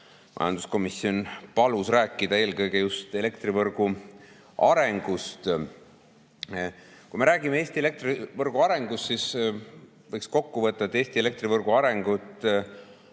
majanduskomisjon mul täna rääkida eelkõige elektrivõrgu arengust. Kui räägime Eesti elektrivõrgu arengust, siis võiks kokkuvõtvalt öelda, et Eesti elektrivõrgu arengut